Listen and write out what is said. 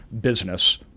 business